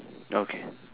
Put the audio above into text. okay